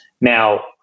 Now